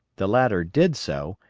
the latter did so,